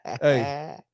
Hey